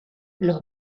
los